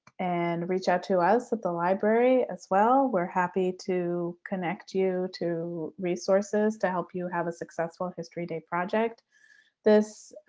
and reach out to us at the library as well. we're happy to connect you to resources to help you have a successful history day project this